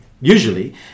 usually